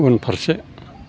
उनफारसे